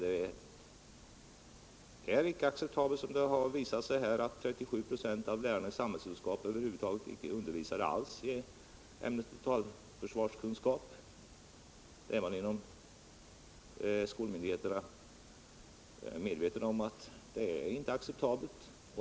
Det är icke acceptabelt att 37 26 av lärarna i samhällskunskap, som det har visat sig, över huvud taget icke alls undervisar i ämnet totalförsvarskunskap. Även skolmyndigheterna är medvetna om att det icke är acceptabelt.